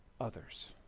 others